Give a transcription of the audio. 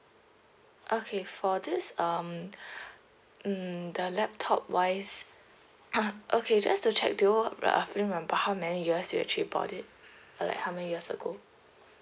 okay for this um mm the laptop wise okay just to check do you roughly remember how many years you actually bought it like how many years ago